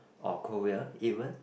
or Korea even